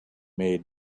made